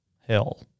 hell